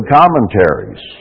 commentaries